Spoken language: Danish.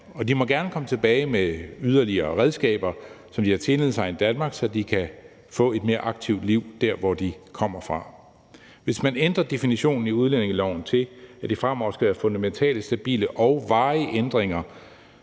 De må gerne komme tilbage med yderligere redskaber, som de har tilegnet sig i Danmark, så de kan få et mere aktivt liv dér, hvor de kommer fra. Hvis man ændrer definitionen i udlændingeloven til, at det fremover skal være fundamentale, stabile og varige ændringer,